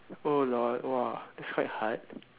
oh lol !wah! thats quite hard